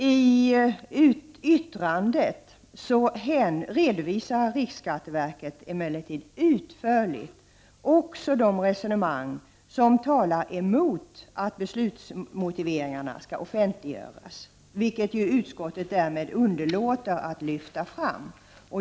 I yttrandet redovisar riksskatteverket emellertid utförligt också det resonemang som talar emot att motiveringarna skall offentliggöras — vilket ju utskottet underlåter att lyfta fram.